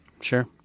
Sure